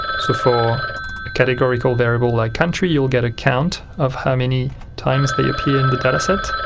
so for a categorical variable like country, you'll get a count of how many times they appear in the data set,